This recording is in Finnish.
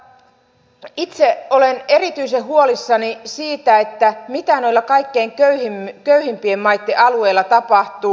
mutta itse olen erityisen huolissani siitä mitä noilla kaikkein köyhimpien maitten alueilla tapahtuu